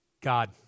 God